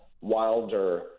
Wilder